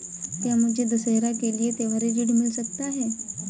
क्या मुझे दशहरा के लिए त्योहारी ऋण मिल सकता है?